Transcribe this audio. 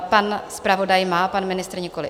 Pan zpravodaj má, pan ministr nikoli.